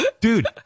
Dude